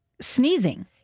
sneezing